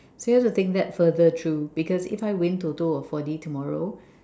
so you have to think that further through because if I win TOTO or four D tomorrow